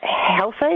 healthy